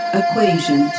equation